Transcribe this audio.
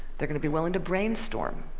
they're going to be willing to brainstorm,